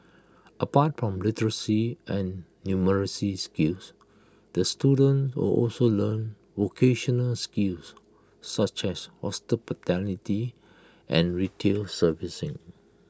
apart from literacy and numeracy skills the student will also learn vocational skills such as and retail servicing